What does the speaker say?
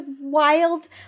wild